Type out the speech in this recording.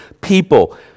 people